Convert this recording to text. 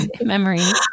memories